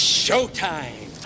showtime